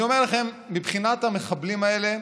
אני אומר לכם, מבחינת המחבלים האלה,